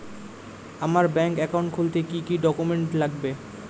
আমার bank account খুলতে কি কি ডকুমেন্ট লাগবে?